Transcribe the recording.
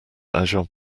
agents